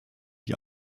die